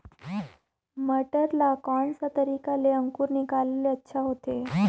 मटर ला कोन सा तरीका ले अंकुर निकाले ले अच्छा होथे?